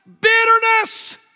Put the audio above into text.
Bitterness